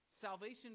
salvation